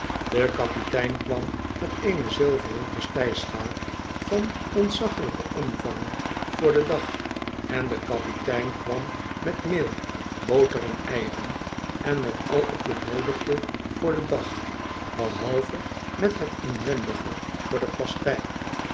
de kapitein kwam met eene zilveren pastei schaal van ontzaglijken omvang voorden dag on do kapitein kwam met meel boter en eieren en mot al t benoodigdo voor den dag behalve met het inwendige voor de